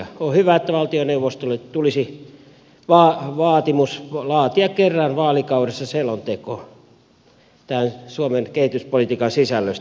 on hyvä että valtioneuvostolle tulisi vaatimus laatia kerran vaalikaudessa selonteko suomen kehityspolitiikan sisällöstä